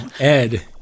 Ed